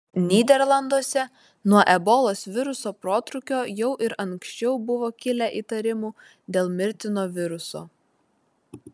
nyderlanduose nuo ebolos viruso protrūkio jau ir anksčiau buvo kilę įtarimų dėl mirtino viruso